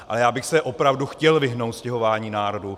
Ale já bych se opravdu chtěl vyhnout stěhování národů.